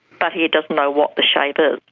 but he doesn't know what the shape is.